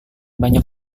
banyak